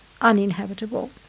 uninhabitable